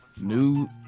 New